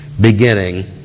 beginning